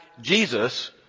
Jesus